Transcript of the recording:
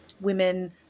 women